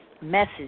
message